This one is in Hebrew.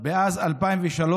מאז 2003,